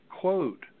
quote